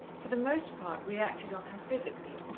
for the most part reacted on her physically,